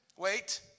Wait